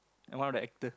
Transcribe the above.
I'm one of the actor